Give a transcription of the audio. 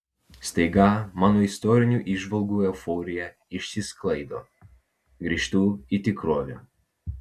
staiga mano istorinių įžvalgų euforija išsisklaido grįžtu į tikrovę